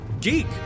Geek